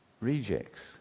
rejects